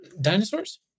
dinosaurs